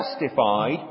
justified